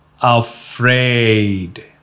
afraid